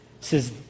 says